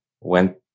went